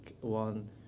one